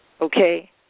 okay